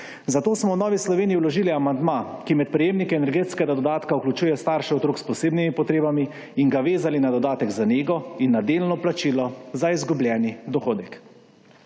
Zato smo v Novi Sloveniji vložili amandma, ki med prejemnike energetskega dodatka vključujejo starše otrok s posebnimi potrebami in ga vezali na dodatek za nego in na delno plačilo za izgubljeni dohodek.